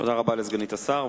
תודה רבה לסגנית השר.